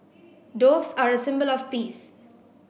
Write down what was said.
doves are a symbol of peace